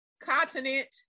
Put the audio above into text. continent